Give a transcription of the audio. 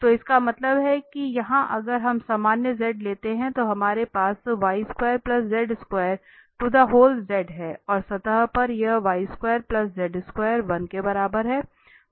तो इसका मतलब है यहाँ अगर हम सामान्य z लेते हैं तो हमारे पास है और सतह पर यह 1 के बराबर है